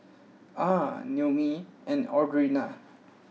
Ah Noemi and Audrina